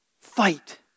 Fight